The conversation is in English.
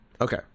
Okay